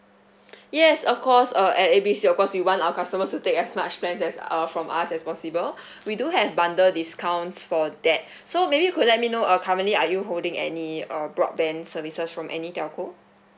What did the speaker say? yes of course uh at A B C of course we want our customers to take as much plan as our from us as possible we do have bundle discounts for that so maybe you could let me know uh currently are you holding any uh broadband services from any telco